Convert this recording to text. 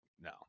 no